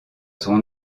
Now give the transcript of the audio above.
son